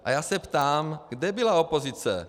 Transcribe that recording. A já se ptám, kde byla opozice.